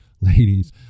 ladies